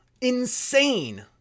Insane